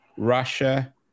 Russia